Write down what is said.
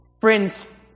friends